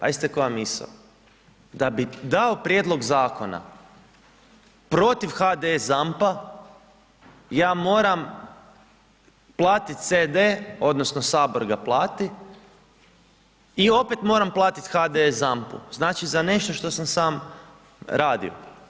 Pazite koja misao, da bi dao prijedlog zakona protiv HDS ZAMP-a ja moram platiti CD odnosno sabor ga plati i opet moram platiti HDS ZAMP-u znači za nešto što sam sam radio.